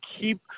keep –